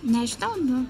nežinau nu